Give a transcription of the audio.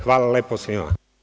Hvala lepo svima.